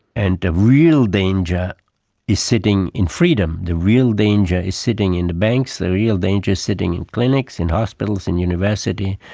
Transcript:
and the real danger is sitting in freedom, the real danger is sitting in the banks, the real danger is sitting in clinics, in hospitals, in university,